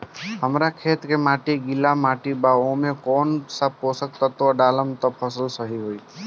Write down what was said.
हमार खेत के माटी गीली मिट्टी बा ओमे कौन सा पोशक तत्व डालम त फसल सही होई?